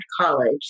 college